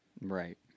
Right